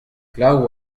glav